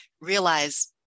realize